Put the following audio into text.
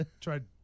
Tried